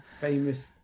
famous